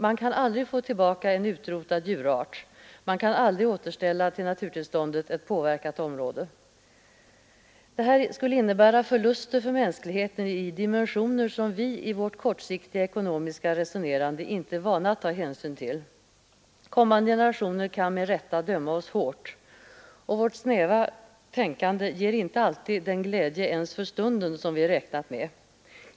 Man kan aldrig få tillbaka en utrotad djurart, man kan aldrig återställa till naturtillståndet ett påverkat område. Det här innebär förluster för mänskligheten i dimensioner som vi i vårt kortsiktigt ekonomiska resonerande inte är vana att ta hänsyn till. Kommande generationer kan med rätta döma oss hårt. Och vårt snäva tänkande ger inte alltid den glädje ens för stunden som vi räknat med.